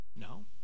No